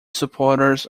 supporters